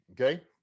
okay